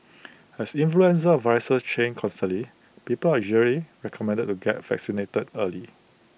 as influenza viruses change constantly people are usually recommended to get vaccinated early